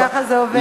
ככה זה עובד.